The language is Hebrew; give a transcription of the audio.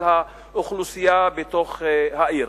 של האוכלוסייה בתוך העיר.